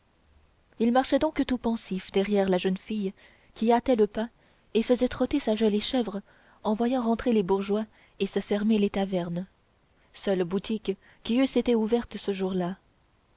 il marchait donc tout pensif derrière la jeune fille qui hâtait le pas et faisait trotter sa jolie chèvre en voyant rentrer les bourgeois et se fermer les tavernes seules boutiques qui eussent été ouvertes ce jour-là